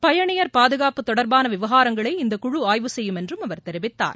பயணியர் பாதுகாப்பு தொடர்பான விவகாரங்களை இந்தக் குழு ஆய்வு செய்யும் என்றும் அவர் தெரிவித்தார்